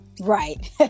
right